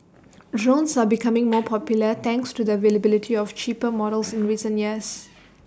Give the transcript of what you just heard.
drones are becoming more popular thanks to the availability of cheaper models in recent years